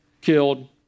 killed